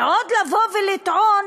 ועוד לבוא ולטעון